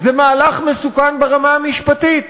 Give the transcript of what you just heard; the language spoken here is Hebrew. זה מהלך מסוכן ברמה המשפטית,